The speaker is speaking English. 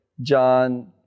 John